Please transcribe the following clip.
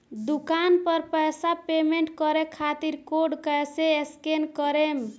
दूकान पर पैसा पेमेंट करे खातिर कोड कैसे स्कैन करेम?